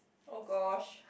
oh gosh